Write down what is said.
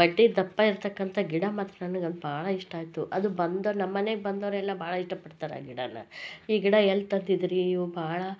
ಬಟ್ಟೆ ದಪ್ಪ ಇರ್ತಕ್ಕಂಥ ಗಿಡ ಮಾತ್ರ ನನಗದು ಭಾಳ ಇಷ್ಟ ಆಯಿತು ಅದು ಬಂದು ನಮ್ಮಮನೆಗೆ ಬಂದೋರೆಲ್ಲ ಭಾಳ ಇಷ್ಟಪಡ್ತಾರೆ ಆ ಗಿಡವನ್ನ ಈ ಗಿಡ ಎಲ್ಲಿ ತಂದಿದ್ದೀರಿ ನೀವು ಭಾಳ